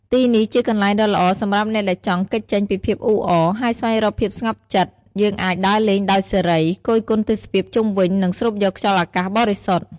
ទីនេះជាកន្លែងដ៏ល្អសម្រាប់អ្នកដែលចង់គេចចេញពីភាពអ៊ូអរ ហើយស្វែងរកភាពស្ងប់ចិត្ត យើងអាចដើរលេងដោយសេរី គយគន់ទេសភាពជុំវិញ និងស្រូបយកខ្យល់អាកាសបរិសុទ្ធ។